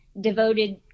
devoted